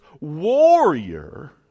warrior